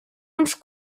uns